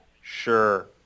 sure